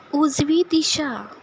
उजवी दिशा